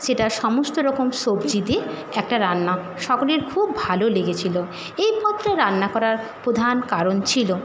সেটা সমস্ত রকম সবজি দিয়ে একটা রান্না সকলের খুব ভালো লেগেছিল এই পদটা রান্না করার প্রধান কারণ ছিল